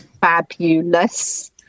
fabulous